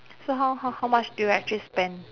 so how how how much do you actually spend